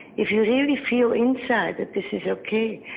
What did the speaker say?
if you really feel inside that this is ok,